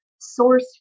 source